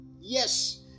Yes